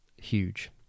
huge